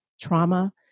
trauma